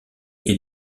est